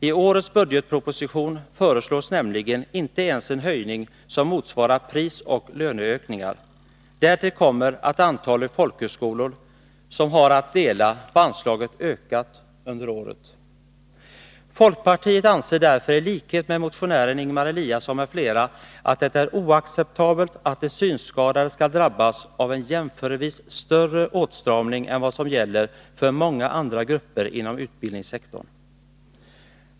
I årets budgetproposition föreslås nämligen inte ens en höjning som motsvarar prisoch löneökningar. Därtill kommer att antalet folkhögskolor som har att dela på anslaget ökat under året. Folkpartiet anser därför, i likhet med motionären Ingemar Eliasson och hans medmotionärer, att det är oacceptabelt att de synskadade skall drabbas av en jämförelsevis större åtstramning än vad som gäller för många andra grupper inom utbildningssektorn.